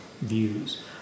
views